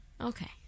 Okay